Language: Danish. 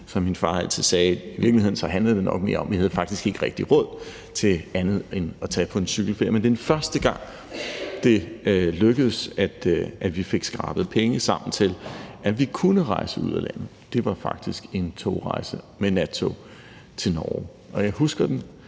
som min far altid sagde. I virkeligheden handlede det nok mere om, at vi faktisk ikke rigtig havde råd til andet end at tage på en cykelferie. Men den første gang, hvor det lykkedes at få skrabet penge sammen til, at vi kunne rejse ud af landet, var det faktisk en togrejse med nattog til Norge. Og jeg husker den,